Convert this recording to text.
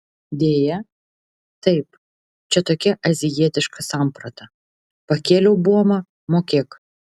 deja taip čia tokia azijietiška samprata pakėliau buomą mokėk